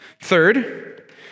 Third